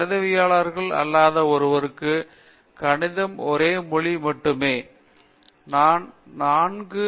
கணிதவியலாளர்கள் அல்லாத ஒருவருக்கு கணிதம் ஒரே மொழி மட்டுமே ஆகும்